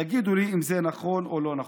תגידו לי אם זה נכון או לא נכון.